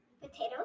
Potatoes